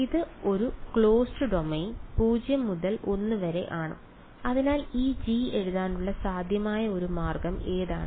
ഇത് ഒരു closed domain 0 മുതൽ l വരെ ആണ് അതിനാൽ ഈ G എഴുതാനുള്ള സാധ്യമായ ഒരു മാർഗം ഏതാണ്